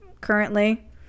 currently